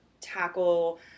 tackle